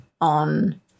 on